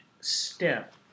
step